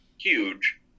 huge